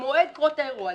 במועד קרות האירוע.